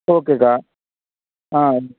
ஓகேக்கா ஆம்